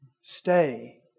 Stay